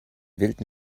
wilden